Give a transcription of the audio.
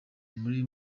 muri